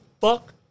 fuck